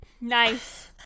Nice